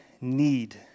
need